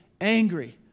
angry